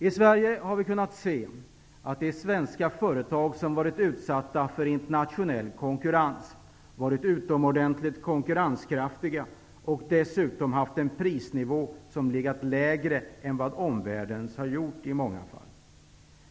I Sverige har vi kunnat se att de svenska företag som varit utsatta för internationell konkurrens har varit utomordentligt konkurrenskraftiga och dessutom haft en prisnivå som i många fall har legat lägre än i omvärlden.